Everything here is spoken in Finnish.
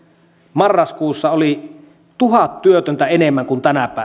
marraskuussa oli tuhat työtöntä enemmän kuin tänä